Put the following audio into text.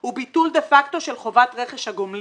הוא ביטול דה-פקטו של חובת רכש הגומלין.